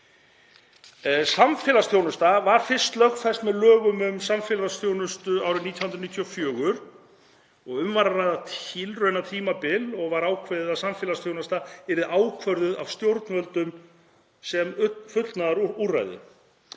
Samfélagsþjónusta var fyrst lögfest með lögum um samfélagsþjónustu, nr. 55/1994. Um var að ræða tilraunatímabil og var ákveðið að samfélagsþjónusta yrði ákvörðuð af stjórnvöldum sem fullnustuúrræði.